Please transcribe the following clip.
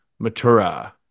Matura